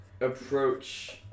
approach